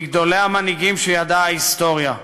מגדולי המנהיגים שידעה ההיסטוריה.